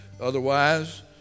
Otherwise